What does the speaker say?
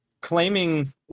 claiming